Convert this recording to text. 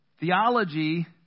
Theology